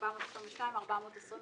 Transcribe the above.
422, 423